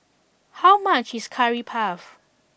how much is Curry Puff